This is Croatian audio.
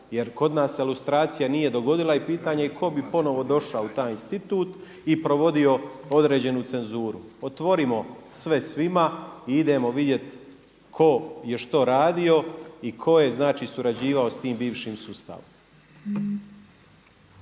jer kod nas se lustracija nije dogodila i pitanje je tko bi ponovno došao u taj institut i provodio određenu cenzuru. Otvorimo sve svima i idemo vidjeti tko je što radio i tko je znači surađivao sa tim bivšim sustavom.